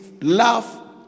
love